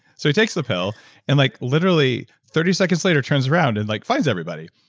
so he takes the pill and like literally thirty seconds later turns around and like finds everybody.